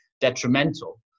detrimental